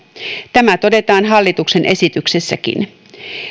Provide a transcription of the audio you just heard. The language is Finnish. tämä todetaan hallituksen esityksessäkin